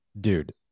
dude